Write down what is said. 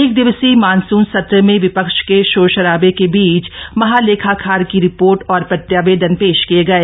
एक दिवसीय मानसून सत्र में विपक्ष के शोर शराबे के बीच महालेखाकार की रिपोर्ट और प्रत्यावेदन पेश किये गए